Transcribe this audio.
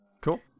cool